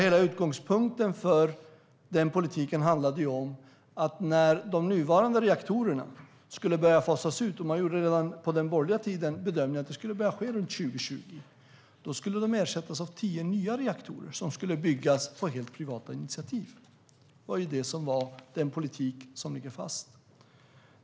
Hela utgångspunkten för den politiken var ju att när de nuvarande reaktorerna skulle börja fasas ut - redan på den borgerliga tiden gjorde man bedömningen att det skulle börja ske runt 2020 - skulle de ersättas av tio nya reaktorer, som skulle byggas på helt privata initiativ. Det var politiken.